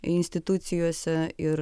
institucijose ir